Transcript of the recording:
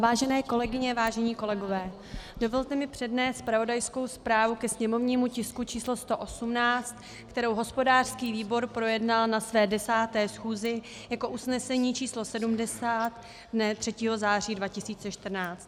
Vážené kolegyně, vážení kolegové, dovolte mi přednést zpravodajskou zprávu ke sněmovnímu tisku 118, kterou hospodářský výbor projednal na své 10. schůzi jako usnesení č. 70 dne 3. září 2014.